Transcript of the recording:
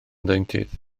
ddeintydd